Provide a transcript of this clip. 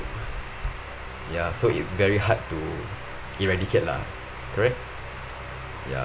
ya so it's very hard to eradicate lah correct ya